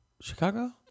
Chicago